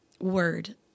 word